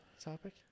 topic